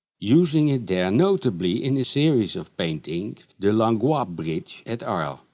using it there notably in his series of paintings the langlois bridge at arles,